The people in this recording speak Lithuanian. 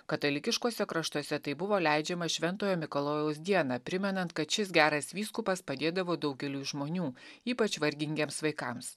katalikiškuose kraštuose tai buvo leidžiama šventojo mikalojaus dieną primenant kad šis geras vyskupas padėdavo daugeliui žmonių ypač vargingiems vaikams